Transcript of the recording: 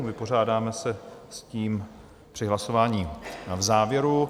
Vypořádáme se s tím při hlasování v závěru.